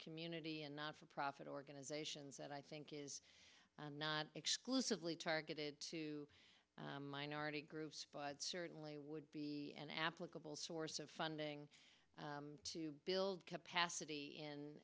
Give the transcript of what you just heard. community and not for profit organizations that i think is not exclusively targeted to minority groups but certainly would be an applicable source of funding to build capacity